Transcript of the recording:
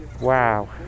Wow